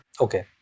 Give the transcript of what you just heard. Okay